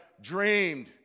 dreamed